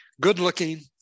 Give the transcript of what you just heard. good-looking